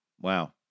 wow